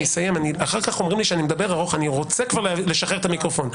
אני רוצה לשחרר את המיקרופון.